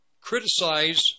criticize